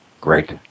Great